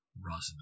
Rosamond